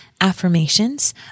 affirmations